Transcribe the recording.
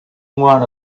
want